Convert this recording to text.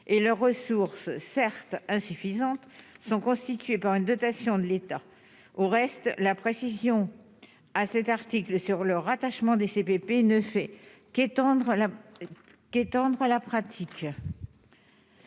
et leurs ressources certes insuffisante sont constituées par une dotation de l'État, au reste, la précision à cet article sur le rattachement des CPP ne fait qu'étendre la qu'étendre